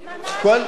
ממש לא.